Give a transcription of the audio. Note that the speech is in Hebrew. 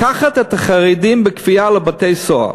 לקחת את החרדים בכפייה לבתי-סוהר.